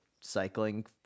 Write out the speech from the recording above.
cycling